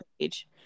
page